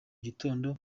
gitondo